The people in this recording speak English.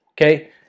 Okay